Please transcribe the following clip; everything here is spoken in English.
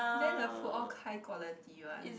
there the food all high quality one